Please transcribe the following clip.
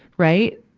right.